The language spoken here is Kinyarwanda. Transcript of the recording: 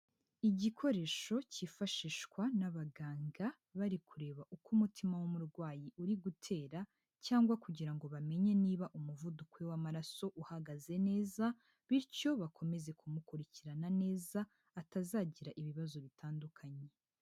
Igikoresho cyifashishwa n'abaganga bari kureba uko umutima w'umurwayi uri gutera cyangwa kugira ngo bamenye niba umuvuduko we w'amaraso uhagaze neza bityo bakomeze kumukurikirana neza, atazagira ibibazo bitandukanye.